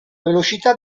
velocità